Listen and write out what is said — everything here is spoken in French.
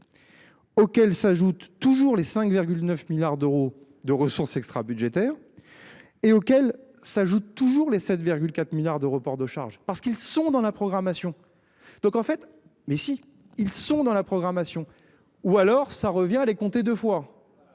Auxquels s'ajoutent toujours les 5,9 milliards d'euros de ressources extra-budgétaires. Et auxquels s'ajoutent toujours les 7,4 milliards de reports de charges parce qu'ils sont dans la programmation. Donc en fait mais si ils sont dans la programmation. Ou alors ça revient à les compter 2 fois.